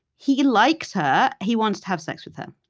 he likes her. he wants to have sex with her.